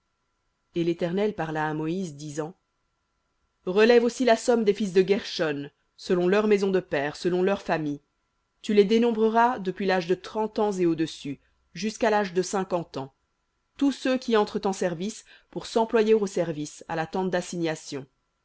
et l'éternel parla à moïse disant relève aussi la somme des fils de guershon selon leurs maisons de pères selon leurs familles tu les dénombreras depuis l'âge de trente ans et au-dessus jusqu'à l'âge de cinquante ans tous ceux qui entrent en service pour s'employer au service à la tente d'assignation